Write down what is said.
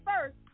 first